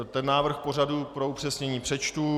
Ten návrh pořadu pro upřesnění přečtu.